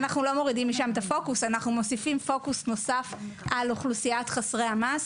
לעבוד פיזית בבניין או לעבוד